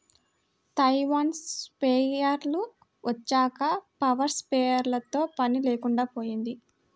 Taiwan స్ప్రేయర్లు వచ్చాక power స్ప్రేయర్లతో పని లేకుండా పోయింది